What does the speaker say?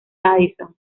madison